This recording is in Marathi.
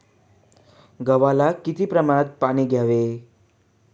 गव्हाला किती प्रमाणात पाणी द्यावे?